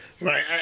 Right